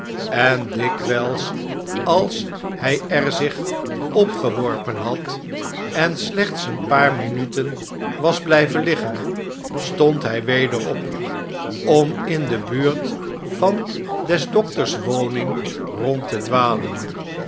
en dikwjjls als hn er zich op geworpen had en slechts een paar minuten was blnven liggen stond hjj weder op om in de buurt van des dokters woning rond te dwalen